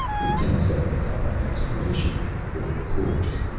in ten seconds, i'll have an explanation or a corpse.